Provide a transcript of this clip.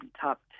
top